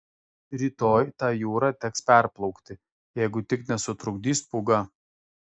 rytoj tą jūrą teks perplaukti jeigu tik nesutrukdys pūga